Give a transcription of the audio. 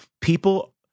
people